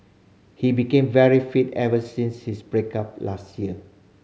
he became very fit ever since his break up last year